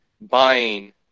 buying